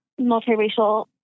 multiracial